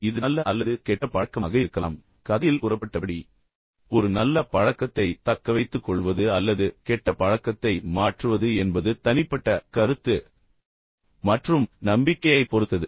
இது நல்ல பழக்கமாக இருக்கலாம் கெட்ட பழக்கமாக இருக்கலாம் ஆனால் கதையில் கூறப்பட்டபடி ஒரு நல்ல பழக்கத்தைத் தக்கவைத்துக்கொள்வது அல்லது கெட்ட பழக்கத்தை மாற்றுவது என்பது தனிப்பட்ட கருத்து மற்றும் நம்பிக்கையைப் பொறுத்தது